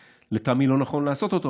לטעמי לא נכון לעשות אותו,